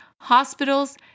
hospitals